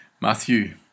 Matthew